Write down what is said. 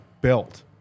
built